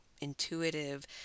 intuitive